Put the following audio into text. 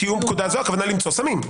למצוא סמים.